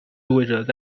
意味着